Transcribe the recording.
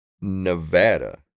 Nevada